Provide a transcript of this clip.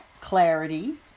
clarity